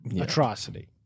atrocity